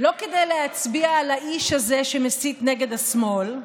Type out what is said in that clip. לא כדי להצביע לאיש הזה שמסית נגד השמאל,